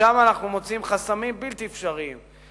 ששם אנחנו מוצאים חסמים בלתי אפשריים,